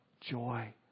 joy